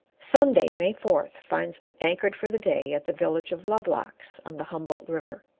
sunday, may fourth, finds me anchored for the day at the village of lovelocks, on the humboldt river,